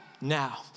now